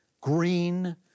green